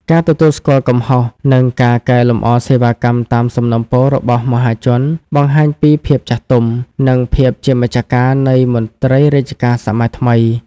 ការទទួលស្គាល់កំហុស និងការកែលម្អសេវាកម្មតាមសំណូមពររបស់មហាជន បង្ហាញពីភាពចាស់ទុំ និងភាពជាម្ចាស់ការនៃមន្ត្រីរាជការសម័យថ្មី។